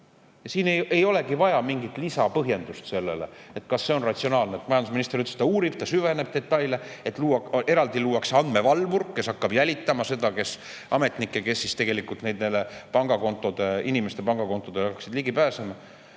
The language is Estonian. Siin ei olegi vaja mingit lisapõhjendust, et kas see on ratsionaalne. Majandusminister ütles, et ta uurib, ta süveneb detailidesse, eraldi luuakse andmevalvur, kes hakkab jälitama ametnikke, kes tegelikult nendele inimeste pangakontodele peaksid ligi pääsema.